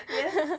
yes